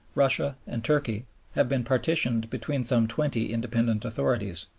russia, and turkey have been partitioned between some twenty independent authorities.